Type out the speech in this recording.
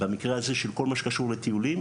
במקרה הזה, של כל מה שקשור לטיולים